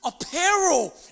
apparel